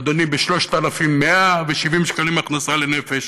אדוני, ב-3,170 שקלים הכנסה לנפש